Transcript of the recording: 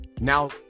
Now